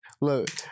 look